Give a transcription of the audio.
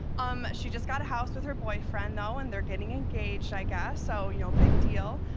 um she just got a house with her boyfriend though, and they're getting engaged i guess. so, you know big deal,